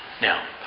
Now